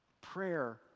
Prayer